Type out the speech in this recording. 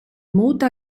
muta